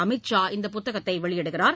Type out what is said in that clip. அமித் ஷா இந்த புத்தகத்தை வெளியிடுவார்